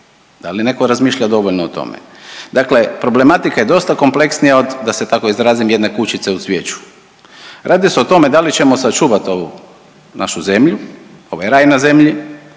Da li netko razmišlja dovoljno o tome? Dakle problematika je dosta kompleksnija od da se tako izrazim jedne kućice u cvijeću. Radi se o tome da li ćemo sačuvati ovu našu zemlju ovaj raj na zemlji